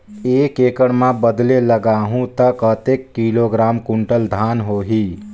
एक एकड़ मां बदले लगाहु ता कतेक किलोग्राम कुंटल धान होही?